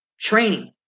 Training